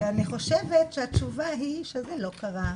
ואני חושבת שהתשובה היא שזה לא קרה.